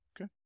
Okay